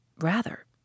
Rather